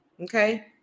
Okay